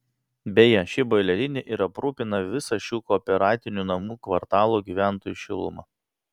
beje ši boilerinė ir aprūpina visą šių kooperatinių namų kvartalų gyventojus šiluma